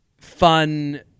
fun